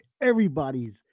Everybody's